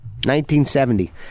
1970